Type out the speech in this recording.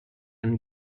and